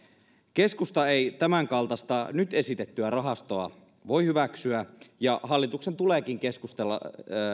keskusta ei tämänkaltaista nyt esitettyä rahastoa voi hyväksyä ja hallituksen tuleekin keskustella